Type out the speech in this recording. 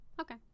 Okay